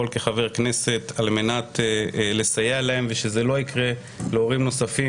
כחבר כנסת על מנת לסייע להם ושזה לא יקרה להורים נוספים,